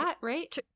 right